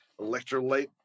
electrolyte